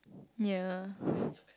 ya